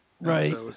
Right